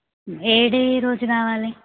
ఏ day రోజు కావాలి